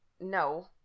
no